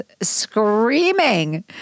screaming